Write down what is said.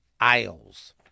Isles